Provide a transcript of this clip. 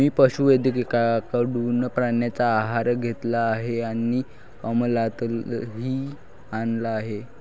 मी पशुवैद्यकाकडून प्राण्यांचा आहार घेतला आहे आणि अमलातही आणला आहे